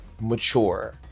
mature